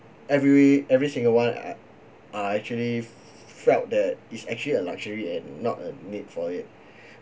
every every single one are are actually felt that it's actually a luxury and not a need for it